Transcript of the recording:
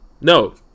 No